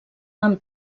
amb